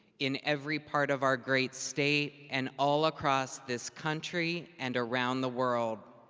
in every part of our great state, and all across this country and around the world.